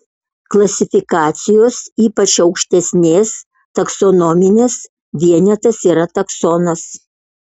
klasifikacijos ypač aukštesnės taksonominės vienetas yra taksonas